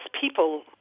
people